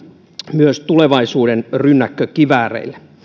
myös tulevaisuuden rynnäkkökivääreille